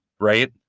right